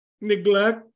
neglect